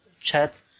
chat